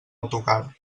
autocar